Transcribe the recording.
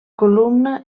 columna